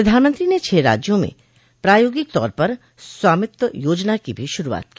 प्रधानमंत्री ने छह राज्यों में प्रायोगिक तौर पर स्वामित्व योजना की भी शुरूआत की